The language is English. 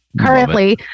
Currently